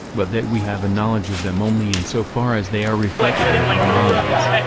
but that we have a knowledge of them only in so far as they are reflected in our minds.